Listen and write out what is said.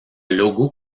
logo